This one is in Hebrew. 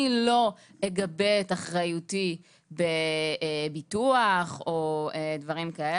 הם לא יגבו את אחריותם בביטוח או בדברים כאלה.